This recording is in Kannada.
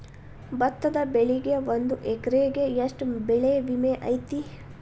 ಭತ್ತದ ಬೆಳಿಗೆ ಒಂದು ಎಕರೆಗೆ ಎಷ್ಟ ಬೆಳೆ ವಿಮೆ ಐತಿ?